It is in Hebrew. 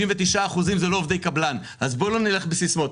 99% זה לא עובדי קבלן, אז בואו לא נלך בסיסמאות.